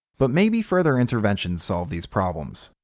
but maybe further interventions solved these problems?